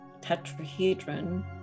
tetrahedron